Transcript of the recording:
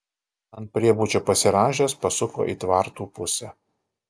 ant priebučio pasirąžęs pasuko į tvartų pusę